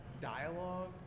dialogue